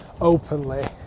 openly